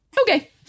Okay